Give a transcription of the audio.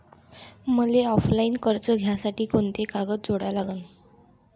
मले ऑफलाईन कर्ज घ्यासाठी कोंते कागद जोडा लागन?